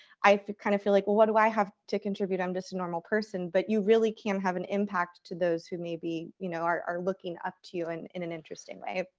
i kind of feel like, well, what do i have to contribute? i'm just a normal person. but you really can have an impact to those who maybe you know are looking up to you and in an interesting way.